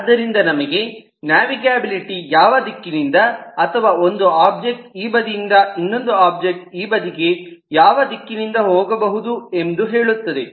ಆದ್ದರಿಂದ ನಮಗೆ ನ್ಯಾವಿಗಬಿಲಿಟಿ ಯಾವ ದಿಕ್ಕಿನಿಂದ ಅಥವಾ ಒಂದು ಒಬ್ಜೆಕ್ಟ್ ಈ ಬದಿಯಿಂದ ಇನ್ನೊಂದು ಒಬ್ಜೆಕ್ಟ್ ಈ ಬದಿಗೆ ಯಾವ ದಿಕ್ಕಿನಿಂದ ಹೋಗಬಹುದು ಎಂದು ಹೇಳುತ್ತದೆ